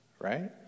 right